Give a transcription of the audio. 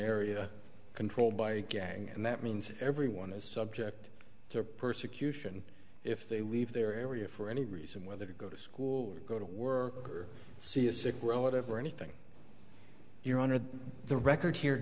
area controlled by a gang and that means everyone is subject to persecution if they leave their area for any reason whether to go to school go to work see a sick relative or anything your honor the